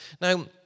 Now